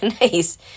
Nice